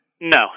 No